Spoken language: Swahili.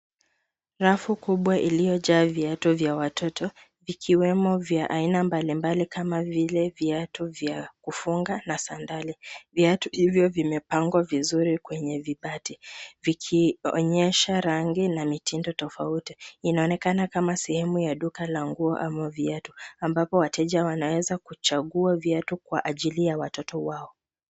Rafu kubwa iliyojaa viatu vya watoto ikiwemo vya aina mbalimbali kama vile viatu vya kufunga na sandal . Viatu hivyo vimepangwa vizuri kwenye vibati vikionyesha rangi na mitindo tofauti. Inaonekana kama sehemu ya duka la nguo ama viatu ambapo wateja wanaweza kuchagua viatu kwa ajili ya watoto wao.